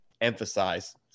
emphasize